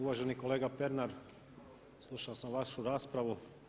Uvaženi kolega Pernar, slušao sam vašu raspravu.